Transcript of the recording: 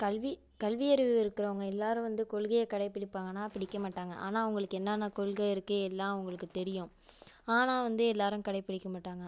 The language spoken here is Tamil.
கல்வி கல்வியறிவு இருக்கிறவங்க எல்லாரும் வந்து கொள்கையை கடைப்பிடிப்பாங்கன்னா பிடிக்கமாட்டாங்க ஆனால் அவங்களுக்கு என்னன்னா கொள்கை இருக்கு எல்லாம் அவங்களுக்கு தெரியும் ஆனால் வந்து எல்லாரும் கடைப்பிடிக்க மாட்டாங்க